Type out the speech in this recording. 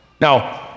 Now